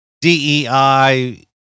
DEI